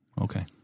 Okay